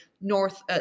North